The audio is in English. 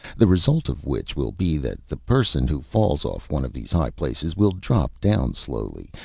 the result of which will be that the person who falls off one of these high places will drop down slowly,